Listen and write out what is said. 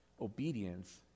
Obedience